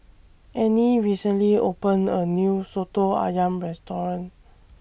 Annie recently opened A New Soto Ayam Restaurant